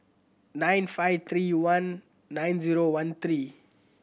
nine five three one nine zero one three